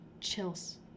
Chills